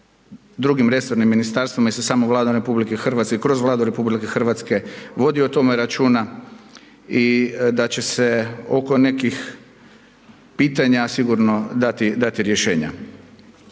drugim resornim ministarstvima i sa samom Vladom RH, kroz Vladu RH vodi o tome računa i da će se oko nekih pitanja sigurno dati, dati rješenja.